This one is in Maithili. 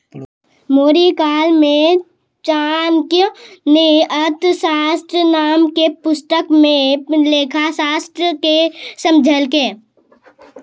मौर्यकाल मे चाणक्य ने अर्थशास्त्र नाम के पुस्तक मे लेखाशास्त्र के समझैलकै